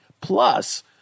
Plus